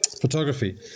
photography